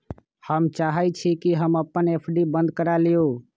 हम चाहई छी कि अपन एफ.डी बंद करा लिउ